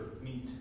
meet